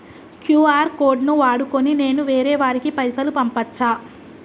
QR code ను వాడుకొని నేను వేరే వారికి పైసలు పంపచ్చా?